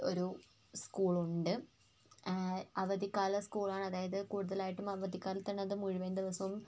ഒരു സ്കൂൾ ഉണ്ട് അവധിക്കാല സ്കൂളാണ് അതായത് കൂടുതലായിട്ടും അവധിക്കാലത്താണ് അത് മുഴുവൻ ദിവസവും